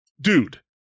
Dude